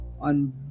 on